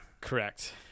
Correct